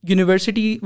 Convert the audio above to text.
University